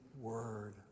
Word